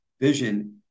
vision